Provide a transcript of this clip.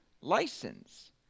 license